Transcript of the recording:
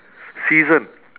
season